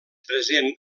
present